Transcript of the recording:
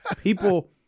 People